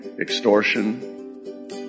extortion